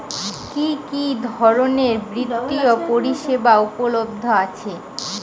কি কি ধরনের বৃত্তিয় পরিসেবা উপলব্ধ আছে?